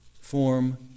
form